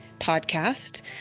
podcast